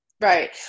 Right